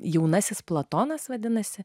jaunasis platonas vadinasi